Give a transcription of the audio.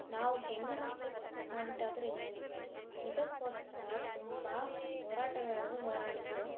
ನಾವು ಹೆಣ್ಣು ಮಕ್ಕಳು ತಪ್ಪು ಮಾಡಿದ್ದಾದರು ಏನು ಇದಕ್ಕೋಸ್ಕರ ತುಂಬ ಹೋರಾಟಗಾರರು ಹೋರಾಡಿದರು